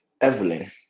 Evelyn